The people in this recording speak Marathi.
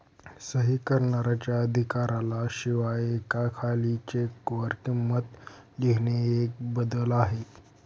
सही करणाऱ्याच्या अधिकारा शिवाय एका खाली चेक वर किंमत लिहिणे एक बदल आहे